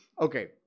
Okay